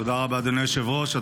תודה רבה, אדוני היושב-ראש.